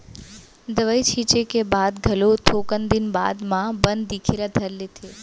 दवई छींचे के बाद घलो थोकन दिन बाद म बन दिखे ल धर लेथे